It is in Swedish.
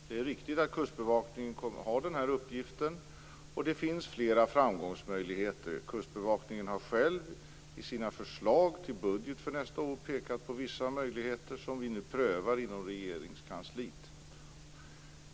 Fru talman! Det är riktigt att Kustbevakningen har den här uppgiften, och det finns flera möjligheter att gå till väga. Kustbevakningen har själv i sina förslag till budget för nästa år pekat på vissa möjligheter, som vi nu prövar inom Regeringskansliet.